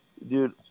Dude